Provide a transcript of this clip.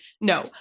No